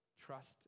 Trust